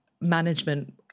management